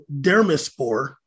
Dermispor